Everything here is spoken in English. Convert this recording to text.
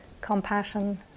compassion